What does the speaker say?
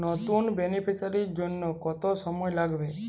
নতুন বেনিফিসিয়ারি জন্য কত সময় লাগবে?